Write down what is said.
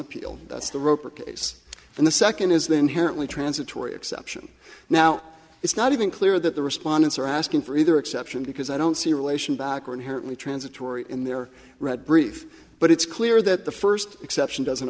appeal that's the roper case and the second is the inherently transitory exception now it's not even clear that the respondents are asking for either exception because i don't see a relation back when her transitory in their red brief but it's clear that the first exception doesn't